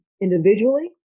individually